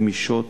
גמישות,